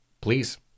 please